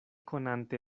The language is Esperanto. konante